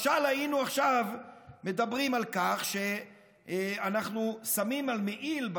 משל היינו עכשיו מדברים על כך שאנחנו שמים על מעיל,